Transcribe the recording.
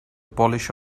polish